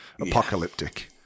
apocalyptic